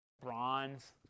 Bronze